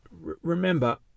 Remember